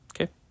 Okay